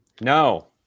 No